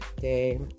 day